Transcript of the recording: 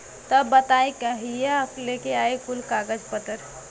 तब बताई कहिया लेके आई कुल कागज पतर?